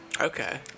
Okay